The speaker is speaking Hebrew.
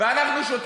ואנחנו שותקים,